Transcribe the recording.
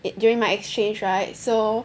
it during my exchange right so